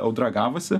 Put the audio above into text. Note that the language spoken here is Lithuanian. audra gavosi